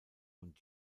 und